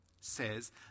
says